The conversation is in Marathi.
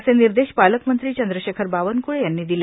असे निर्देश पालकमंत्री चंद्रशेखर बावनक्ळे यांनी दिले